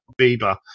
Bieber